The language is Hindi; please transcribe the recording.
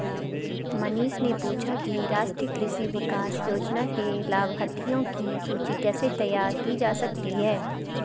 मनीष ने पूछा कि राष्ट्रीय कृषि विकास योजना के लाभाथियों की सूची कैसे तैयार की जा सकती है